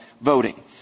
voting